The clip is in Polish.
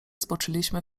zboczyliśmy